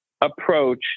approach